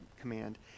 command